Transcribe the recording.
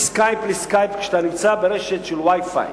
מ"סקייפ" ל"סקייפ", כשאתה נמצא ברשת של Wi-Fi,